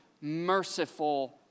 merciful